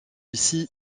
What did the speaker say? ici